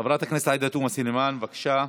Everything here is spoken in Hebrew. חברת הכנסת עאידה תומא סלימאן, בבקשה.